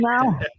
now